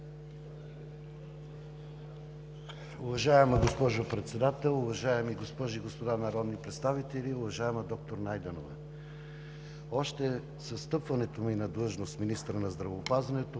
Уважаема госпожо Председател, уважаеми госпожи и господа народни представители! Уважаема доктор Найденова, още с встъпването ми в длъжност като министър на здравеопазването